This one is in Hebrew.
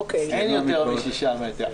אין יותר משישה מ"ר.